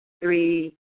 three